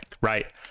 right